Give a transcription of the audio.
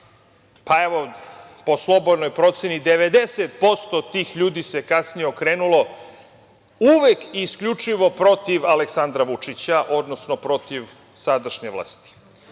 tela, po slobodnoj proceni 90% tih ljudi se kasnije okrenulo uvek i isključivo protiv Aleksandra Vučića i protiv sadašnje vlasti.